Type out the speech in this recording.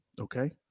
okay